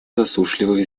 засушливых